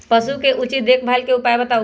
पशु के उचित देखभाल के उपाय बताऊ?